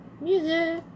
music